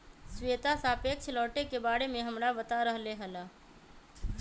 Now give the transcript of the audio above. श्वेता सापेक्ष लौटे के बारे में हमरा बता रहले हल